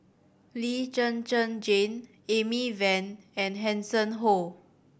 Lee Zhen Zhen Jane Amy Van and Hanson Ho